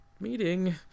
meeting